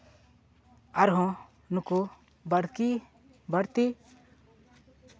ᱟᱨᱦᱚᱸ ᱱᱩᱠᱩ ᱵᱟᱲᱠᱤ ᱵᱟᱲᱛᱤ